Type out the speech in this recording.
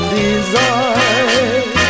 desire